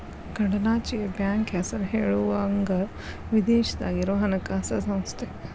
ಕಡಲಾಚೆಯ ಬ್ಯಾಂಕ್ ಹೆಸರ ಹೇಳುವಂಗ ವಿದೇಶದಾಗ ಇರೊ ಹಣಕಾಸ ಸಂಸ್ಥೆ